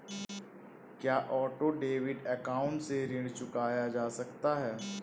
क्या auto debit account से ऋण चुकाया जा सकता है?